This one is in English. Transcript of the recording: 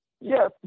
Yes